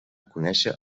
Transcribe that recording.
conèixer